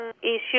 issues